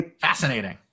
Fascinating